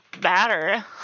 better